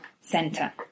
center